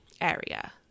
area